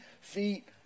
feet